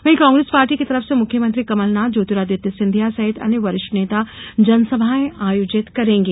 वहीं कांग्रेस पार्टी की तरफ से मुख्यमंत्री कमलनाथ ज्योतिरादित्य सिंधिया सहित अन्य वरिष्ठ नेता जनसभाएं आयोजित करेंगे